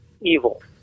evil